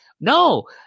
No